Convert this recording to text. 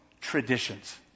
traditions